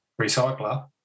recycler